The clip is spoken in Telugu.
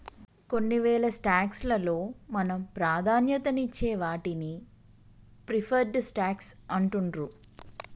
కొన్నివేల స్టాక్స్ లలో మనం ప్రాధాన్యతనిచ్చే వాటిని ప్రిఫర్డ్ స్టాక్స్ అంటుండ్రు